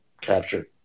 captured